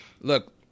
Look